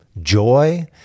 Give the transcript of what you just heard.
joy